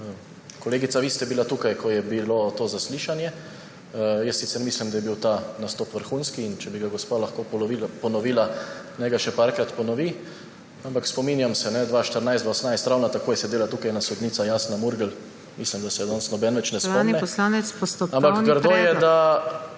Kolegica, vi ste bili tukaj, ko je bilo to zaslišanje. Jaz sicer mislim, da je bil ta nastop vrhunski, in če bi ga gospa lahko ponovila, naj ga še nekajkrat ponovi. Ampak spominjam se, 2014–2018 je ravno tako sedela tukaj ena sodnica, Jasna Murgel. Mislim, da se je danes nihče več ne spomni … PODPREDSEDNICA NATAŠA